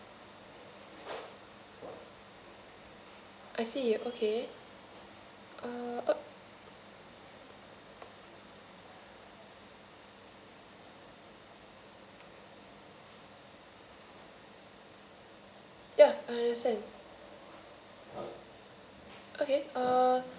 I see ya okay (uh huh) ya I understand okay uh